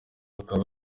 akaba